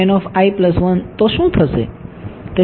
તેથી તો શું થશે